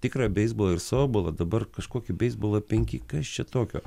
tikrą beisbolą ir softbolą dabar kažkokį beisbolą penki kas čia tokio